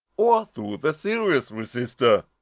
or through the series resistor.